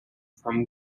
from